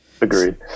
Agreed